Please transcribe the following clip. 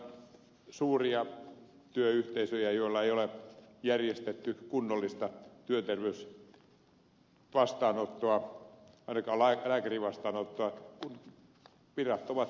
tänä päivänä on suuria työyhteisöjä joille ei ole järjestetty kunnollista työterveysvastaanottoa ainakaan lääkärin vastaanottoa kun virat ovat tyhjillään